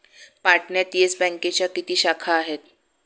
पाटण्यात येस बँकेच्या किती शाखा आहेत?